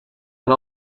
and